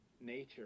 nature